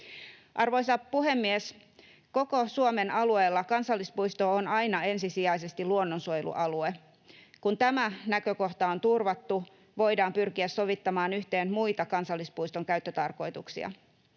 Arvoisa puhemies! Koko Suomen alueella kansallispuisto on aina ensisijaisesti luonnonsuojelualue. Kun tämä näkökohta on turvattu, voidaan pyrkiä sovittamaan yhteen muita kansallispuiston käyttötarkoituksia.